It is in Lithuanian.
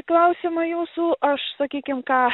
klausimą jūsų aš sakykim ką